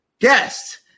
guest